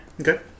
Okay